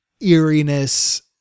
eeriness